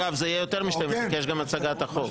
אגב, זה יהיה אחרי 12:00 כי יש גם את הצגת החוק.